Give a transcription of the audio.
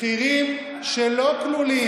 זה לא בגללנו,